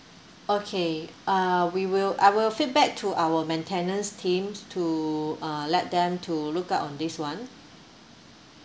okay uh we will I will feedback to our maintenance teams to uh let them to look out on this [one]